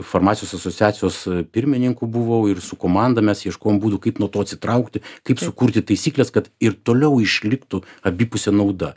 farmacijos asociacijos pirmininku buvau ir su komanda mes ieškojom būdų kaip nuo to atsitraukti kaip sukurti taisykles kad ir toliau išliktų abipusė nauda